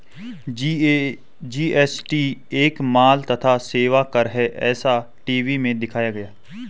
GST एक माल तथा सेवा कर है ऐसा टी.वी में दिखाया गया